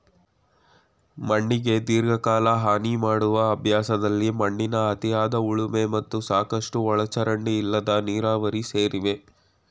ಮಣ್ಣಿಗೆ ದೀರ್ಘಕಾಲ ಹಾನಿಮಾಡುವ ಅಭ್ಯಾಸದಲ್ಲಿ ಮಣ್ಣಿನ ಅತಿಯಾದ ಉಳುಮೆ ಮತ್ತು ಸಾಕಷ್ಟು ಒಳಚರಂಡಿ ಇಲ್ಲದ ನೀರಾವರಿ ಸೇರಿವೆ